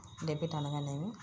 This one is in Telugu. డెబిట్ అనగానేమి?